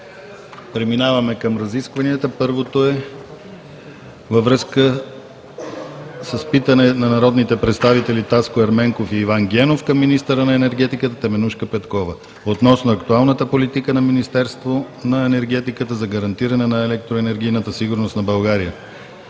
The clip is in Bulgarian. Преминаваме към разискванията: Първото е във връзка с питане на народните представители Таско Ерменков и Иван Генов към министъра на енергетиката Теменужка Петкова относно актуалната политика на Министерство на енергетиката за гарантиране на електроенергийната сигурност на България.